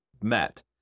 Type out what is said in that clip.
met